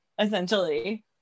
essentially